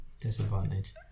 Disadvantage